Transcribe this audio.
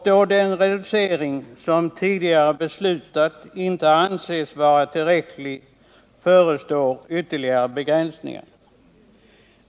Då den reducering som tidigare beslutats inte anses vara tillräcklig förestår ytterligare begränsningar.